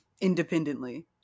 independently